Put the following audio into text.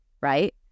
right